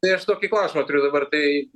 tai aš tokį klausimą turiu dabar tai